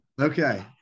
Okay